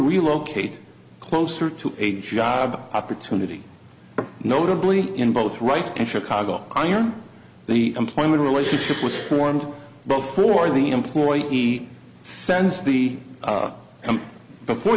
relocate closer to a job opportunity notably in both right and chicago on the employment relationship was formed both for the employer he sends the come before